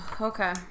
Okay